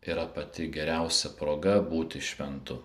yra pati geriausia proga būti šventu